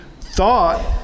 thought